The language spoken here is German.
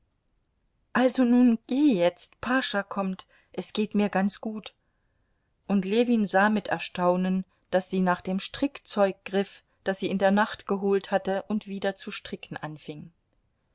also nun geh jetzt pascha kommt es geht mir ganz gut und ljewin sah mit erstaunen daß sie nach dem strickzeug griff das sie in der nacht geholt hatte und wieder zu stricken anfing